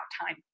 time